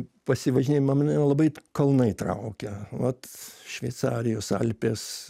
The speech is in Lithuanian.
pasivažinėjimą mane labai kalnai traukia vat šveicarijos alpės